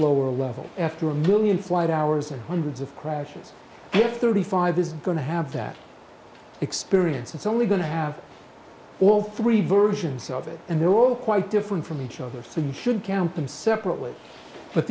lower level after a million flight hours and hundreds of crashes f thirty five is going to have that experience it's only going to have all three versions of it and they're all quite different from each other so you should count them separately